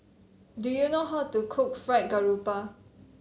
do you know how to cook Fried Garoupa